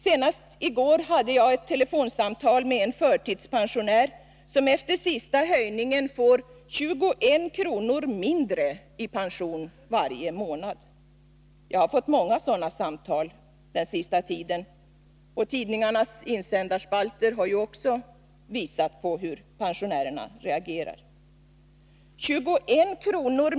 Senast i går hade jag ett telefonsamtal med en förtidspensionär som efter den senaste höjningen får 21 kr. mindre i pension varje månad. Jag har fått många sådana samtal den senaste tiden. Tidningarnas insändarspalter har ju också visat hur pensionärerna reagerar. 21 kr.